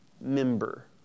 member